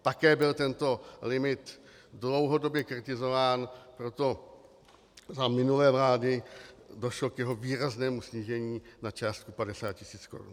Také byl tento limit dlouhodobě kritizován, proto za minulé vlády došlo k jeho výraznému snížení na částku 50 tisíc korun.